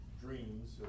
dreams